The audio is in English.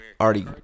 already